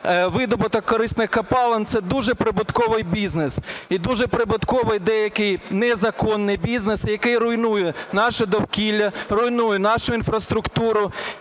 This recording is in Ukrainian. видобуток корисних копалин – це дуже прибутковий бізнес, і дуже прибутковий деякий незаконний бізнес, який руйнує наше довкілля, руйнує нашу інфраструктуру